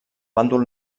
bàndol